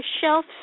shelf